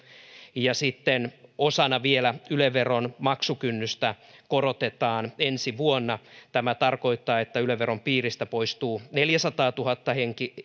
osana vielä se että yle veron maksukynnystä korotetaan ensi vuonna tämä tarkoittaa että yle veron piiristä poistuu neljäsataatuhatta